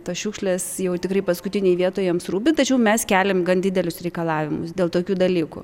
tos šiukšlės jau tikrai paskutinėj joms rūpi tačiau mes keliam gan didelius reikalavimus dėl tokių dalykų